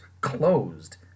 closed